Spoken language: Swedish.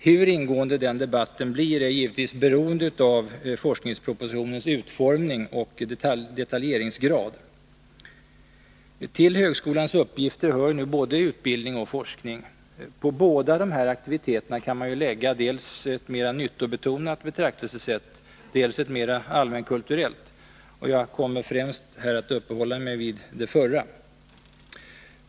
Hur ingående debatten blir är givetvis beroende av forskningspropositionens utformning och detaljeringsgrad. Till högskolans uppgifter hör både utbildning och forskning. På båda aktiviteterna kan man anlägga dels ett mera nyttobetonat betraktelsesätt, dels ett mera allmänkulturellt. Jag kommer här främst att uppehålla mig vid det förra.